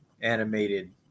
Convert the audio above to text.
animated